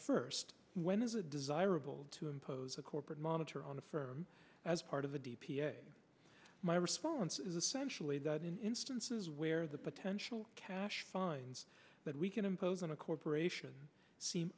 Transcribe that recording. first when is it desirable to impose a corporate monitor on a firm as part of a d p a my response is essentially that in instances where the potential cash fines that we can impose on a corporation seem